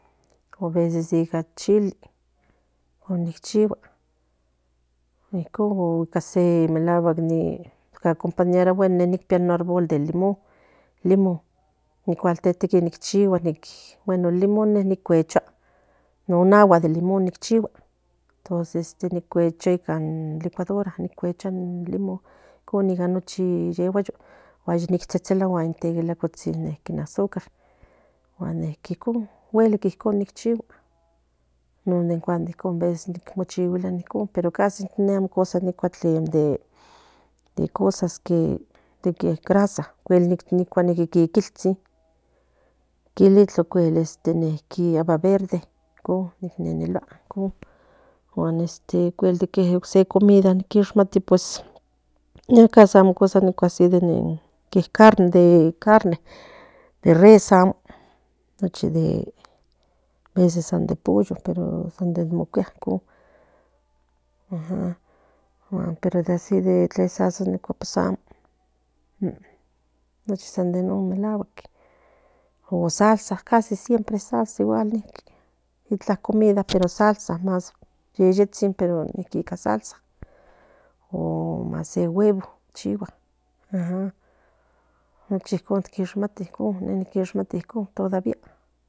O veces nica in chili oninchigua icon o se melaguack acompañarua ine no pía no arbol de limón no cuaqueltiqui ni chihua bueno in limon ni quechua non agua de limón no me chihua ento ni cuechua in licuadora cuechua in limon ica nochi ni neguayo gus ni tsetselua tlaliguis in azúcar guan icon guelic nichihua non de veces chihua ne amo casi nicua de cosas que grasa nica niqui kikiltsin kilik ocuel ava verde icon ne nelelua ocuel ose comida que nineshmati de carne de res amo nochi de ves de pollo de mo sanicuia pero así de wuesasua amo nochi de san yenon melacuatl o salsa casi siempre salsa itla comida pero salda yeyetsin pero nica salsa o más se huevo non ne chemati non todavía